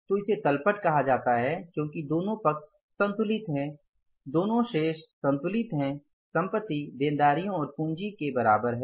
तो इसे तल पट कहा जाता है क्योंकि दोनों पक्ष संतुलित हैं दोनों शेष संतुलित हैं संपत्ति देनदारियों और पूंजी के बराबर हैं